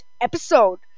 episode